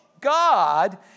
God